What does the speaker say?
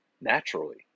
naturally